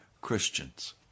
Christians